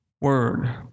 word